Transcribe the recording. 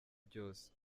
byose